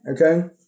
okay